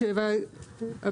ועדת השרים ביקשה,